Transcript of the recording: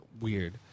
weird